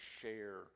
share